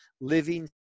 living